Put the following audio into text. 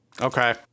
Okay